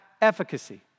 efficacy